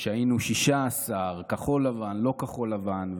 היינו 16, כחול לבן, לא כחול לבן.